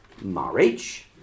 marriage